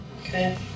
Okay